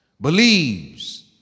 believes